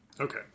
Okay